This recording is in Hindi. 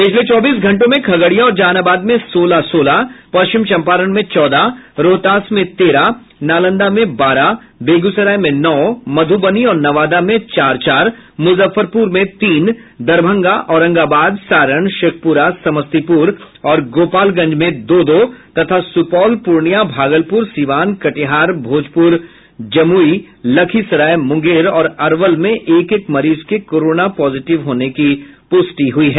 पिछले चौबीस घंटों में खगड़िया और जहानाबाद में सोलह सोलह पश्चिम चम्पारण में चौदह रोहतास से तेरह नालंदा में बारह बेगूसराय में नौ मधुबनी और नवादा में चार चार मुजफ्फरपुर में तीन दरभंगा औरंगाबाद सारण शेखपुरा समस्तीपुर और गोपालगंज में दो दो तथा सुपौल प्रर्णियां भागलपुर सीवान कटिहार भोजपुर जमुई लखीसराय मुंगेर और अरवल में एक एक मरीज के कोरोना पॉजिटिव होने की पुष्टि हुई है